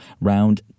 round